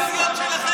זה מנהל הסיעה שלהם.